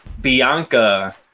Bianca